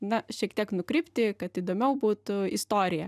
na šiek tiek nukrypti kad įdomiau būtų istorija